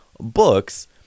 books